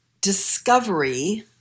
discovery